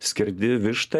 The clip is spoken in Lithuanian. skerdi vištą